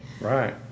Right